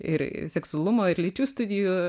ir seksualumo ir lyčių studijų